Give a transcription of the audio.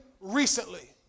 recently